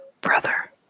Brother